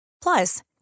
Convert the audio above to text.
Plus